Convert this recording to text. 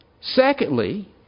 Secondly